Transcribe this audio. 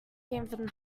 given